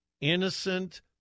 innocent